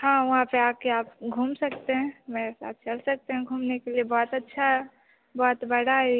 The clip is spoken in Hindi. हाँ वहाँ पर आकर आप घूम सकते हैं मेरे साथ चल सकते हैं घूमने के लिए बहुत अच्छा है बहुत बड़ा एरिया है